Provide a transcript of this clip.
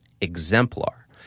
exemplar